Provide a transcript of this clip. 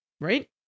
Right